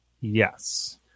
Yes